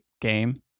game